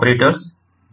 grid operators